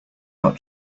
not